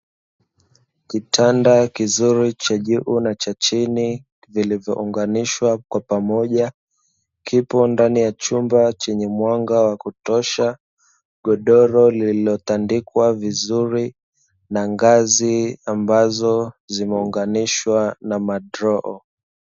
Kitanda kizuricha juu na cha chini, vilivyo unganishwa kwa pamoja, kipo ndani ya chumba chenye mwanga wa kutosha, godoro lililotandikwa vizuri, na ngazi ambazo zimeunganishwa na madroo.